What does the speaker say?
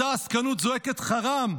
אותה עסקנות זועקת חראם,